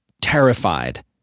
terrified